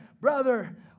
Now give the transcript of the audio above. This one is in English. brother